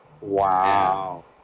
Wow